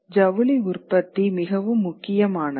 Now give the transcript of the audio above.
ஜவுளி உற்பத்தி மிகவும் முக்கியமானது